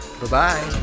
Bye-bye